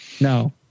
No